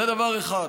זה דבר אחד.